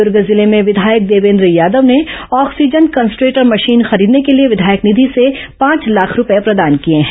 दुर्ग जिले में विधायक देवेन्द्र यादव ने ऑक्सीजन कंसंट्रेटर मशीन खरीदने के लिए विधायक निधि से पांच लाख रूपये प्रदान किए हैं